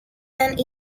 and